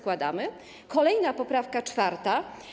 Kolejna poprawka, czwarta.